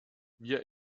wir